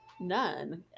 none